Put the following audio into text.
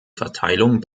verteilung